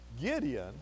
Gideon